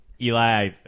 Eli